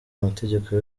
amategeko